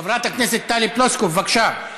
חברת הכנסת טלי פלוסקוב, בבקשה,